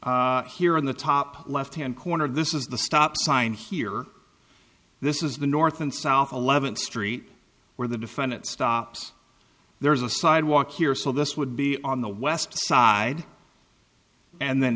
us here on the top left hand corner this is the stop sign here this is the north and south eleventh street where the defendant stops there's a sidewalk here so this would be on the west side and then